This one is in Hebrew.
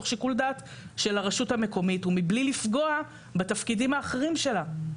תוך שיקול דעת של הרשות המקומית ומבלי לפגוע בתפקידים האחרים שלה.